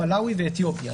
מלאווי ואתיופיה,